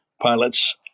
pilots